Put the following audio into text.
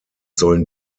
sollen